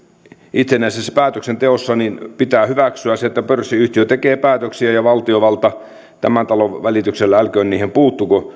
itsenäisessä päätöksenteossa pitää hyväksyä se että pörssiyhtiö tekee päätöksiä ja valtiovalta tämän talon välityksellä älköön niihin puuttuko